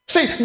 See